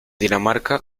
dinamarca